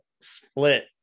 split